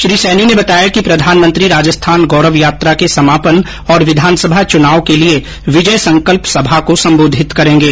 श्री सैनी ने बताया कि प्रधानमंत्री राजस्थान गौरव यात्रा के समापन और विधानसभा चुनाव के लिये विजय संकल्प सभा को संबोधित करेंगे